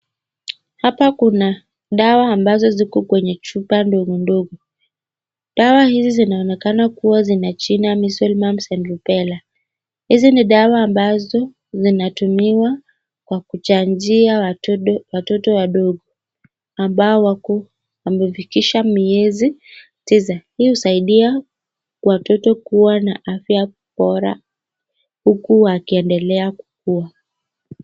Hapa kuna dawa ambazo ziko kwenye chupa ndogo ndogo. Dawa hizi zinaonekana kuwa zimechina measles, mumps and rubella .Hizi ni dawa ambazo zinatumiwa kwa kuchanjia watoto wadogo ambao wako wamefikisha miezi tisa. Hii husaidia watoto kuwa na afya bora huku wakiendelea kukua.